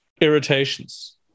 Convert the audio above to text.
irritations